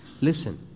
Listen